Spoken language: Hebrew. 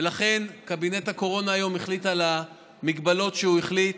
ולכן קבינט הקורונה החליט היום על ההגבלות שהוא החליט.